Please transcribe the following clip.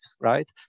right